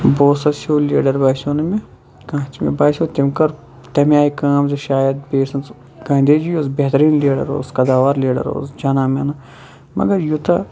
بوسَس ہیو لیٖڈَر باسیوو نہٕ مےٚ کانٛہہ تہِ مےٚ باسیوو تمۍ کٔر تمہِ آیہِ کٲم کہِ شایَد بے سٕنٛز گاندے جی اوس بہتَریٖن لیٖڈَر اوس قَداوار لیٖڈَر اوس جانا مانا مَگَر یوٗتاہ